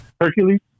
Hercules